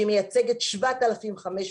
שהיא מייצגת 7,500,